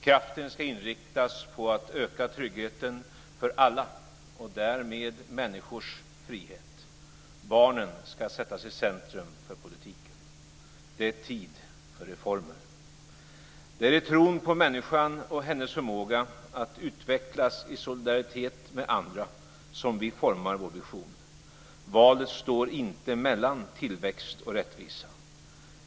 Kraften ska inriktas på att öka tryggheten för alla och därmed människors frihet. Barnen ska sättas i centrum för politiken. Det är tid för reformer. Det är i tron på människan och hennes förmåga att utvecklas i solidaritet med andra som vi formar vår vision. Valet står inte mellan tillväxt och rättvisa.